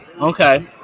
Okay